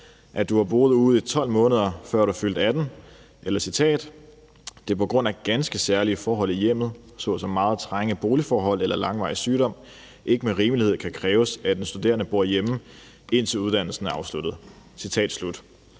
at du har boet ude i 12 måneder, før du fyldte 18 år, eller at det - og jeg citerer – på grund af ganske særlige forhold i hjemmet såsom meget trange boligforhold eller langvarig sygdom ikke med rimelighed kan kræves, at den studerende bor hjemme, indtil uddannelsen er afsluttet. Citat slut.